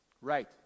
Right